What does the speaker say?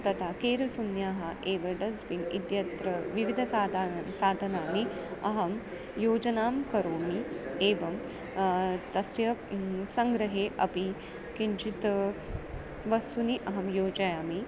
तथा केरसुन्याः एव डस्ट्बिन् इत्यत्र विविधसाधनं साधनानि अहं योजनां करोमि एवं तस्य सङ्ग्रहे अपि किञ्चित् वस्तूनि अहं योजयामि